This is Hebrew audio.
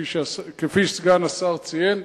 כפי שסגן השר ציין,